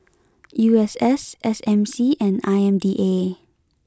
U S S S M C and I M D A